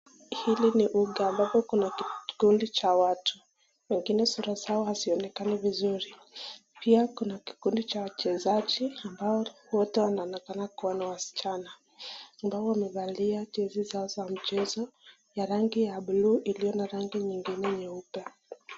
Hili ni uga ambapo kuna kikundi cha watu lakini sura zao hazionekani vizuri, pia kuna kikundi cha wachezaji ambao wote wanaonekana kuwa ni wasichana ambao wamevalia jezi zao za mchezo ya rangi ya bluu iliyo na rangi nyingine nyeupe.